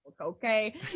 okay